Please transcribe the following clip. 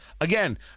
Again